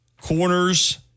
Corners